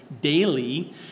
daily